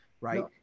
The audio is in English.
right